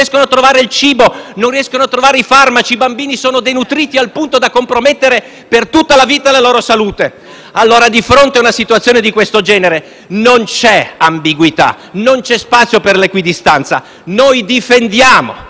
non riescono a trovare il cibo e i farmaci. I bambini sono denutriti, al punto da ritenere compromessa per tutta la vita la loro salute. Allora, di fronte a una situazione di questo genere non c'è ambiguità, non c'è spazio per l'equidistanza. Noi difendiamo